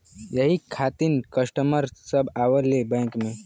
यही खातिन कस्टमर सब आवा ले बैंक मे?